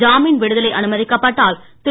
ஜாமீன் விடுதலை அனுமதிக்கப்பட்டால் திரு